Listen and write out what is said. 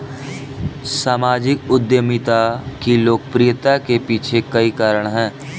सामाजिक उद्यमिता की लोकप्रियता के पीछे कई कारण है